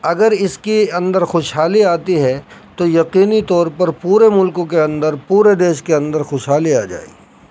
اگر اس کے اندر خوش حالی آتی ہے تو یقینی طور پر پورے ملک کے اندر پورے دیس کے اندر خوش حالی آ جائے گی